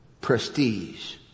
Prestige